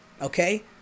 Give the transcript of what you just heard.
okay